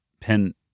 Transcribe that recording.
Pen